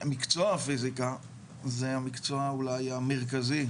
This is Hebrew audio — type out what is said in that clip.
שמקצוע הפיזיקה זה המקצוע אולי המרכזי,